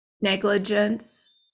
negligence